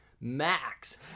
max